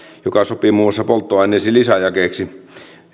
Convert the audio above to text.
joka sopii muun muassa polttoaineisiin lisäjakeeksi